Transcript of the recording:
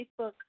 Facebook